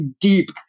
deep